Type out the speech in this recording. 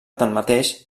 tanmateix